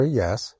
yes